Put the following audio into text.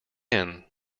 end